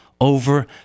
over